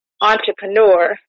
entrepreneur